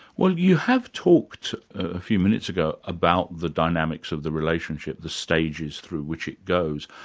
well you have talked a few minutes ago about the dynamics of the relationship, the stages through which it goes.